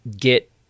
get